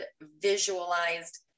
visualized